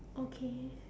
okay